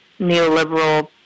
neoliberal